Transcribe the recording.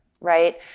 right